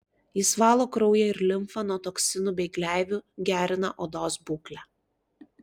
jis valo kraują ir limfą nuo toksinų bei gleivių gerina odos būklę